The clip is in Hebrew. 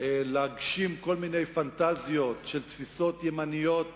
להגשים כל מיני פנטזיות של תפיסות כלכליות ימניות